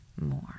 more